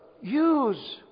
use